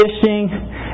fishing